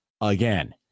Again